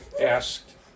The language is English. asked